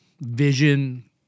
vision